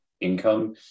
income